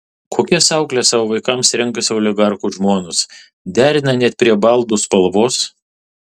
kokias aukles savo vaikams renkasi oligarchų žmonos derina net prie baldų spalvos